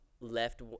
left